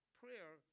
prayer